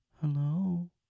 Hello